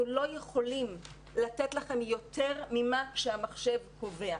לא יכולים לתת לכם יותר ממה שהמחשב קובע".